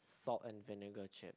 salt and vinegar chip